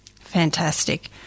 Fantastic